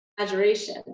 exaggeration